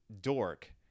dork